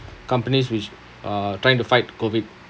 companies which are trying to fight COVID